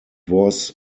was